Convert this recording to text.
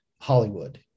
Hollywood